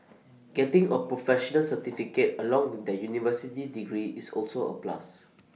getting A professional certificate along with their university degree is also A plus